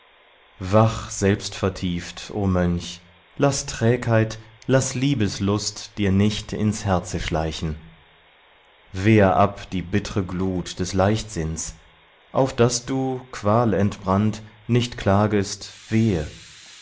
fluterretteter wach selbstvertieft o mönch lass trägheit lass liebeslust dir nicht ins herze schleichen wehr ab die bittre glut des leichtsinns auf daß du qualentbrannt nicht klagest wehe